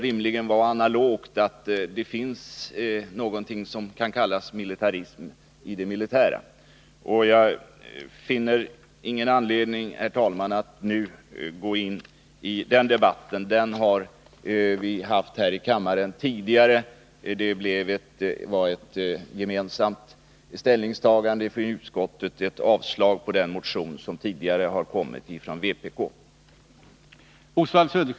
Det bör vara rimligt att det finns någonting som kan kallas militarism i det militära, men det finns ingen anledning, herr talman, att nu ta upp den debatten. Den har vi fört här i kammaren tidigare. Det blev ett enigt ställningstagande av utskottet, som avstyrkte den motion som tidigare framlagts av vpk.